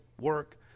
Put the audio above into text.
work